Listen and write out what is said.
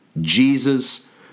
Jesus